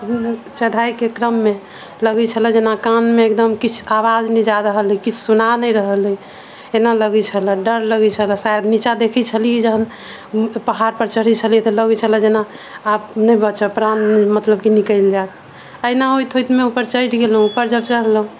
चढ़ाई के क्रम मे लगै छलै जेना कान मे एकदम किछु आवाज नहि जा रहल अछि किछु सुना नहि रहल अछि एना लगै छल डर लगै छल नीचाँ देखै छलियै जहन पहाड़ पर चढ़ै छलियै तऽ लगै छलै जेना आब नहि बचत प्राण मतलब की निकैल जायत अहिना होयत होयत मे ऊपर चढ़ि गेलहुॅं उपर जब चढ़लहुॅं